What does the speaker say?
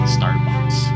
Starbucks